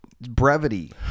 Brevity